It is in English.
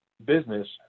business